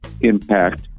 impact